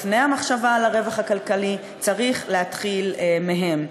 לפני המחשבה על הרווח הכלכלי, צריך להתחיל מהם.